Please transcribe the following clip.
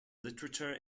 literature